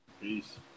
Peace